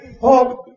hope